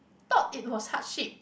thought it was hardship